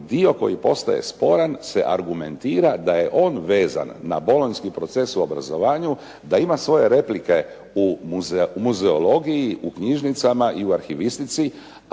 dio koji postaje sporan se argumentira da je on vezan na bolonjski proces u obrazovanju, da ima svoje replike u muzeologiji, u knjižnicama i u arhivistici,